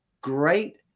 great